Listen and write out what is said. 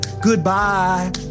goodbye